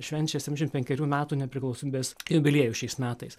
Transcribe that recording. švenčia septyniasdešimt penkerių metų nepriklausomybės jubiliejų šiais metais